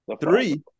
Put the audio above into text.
Three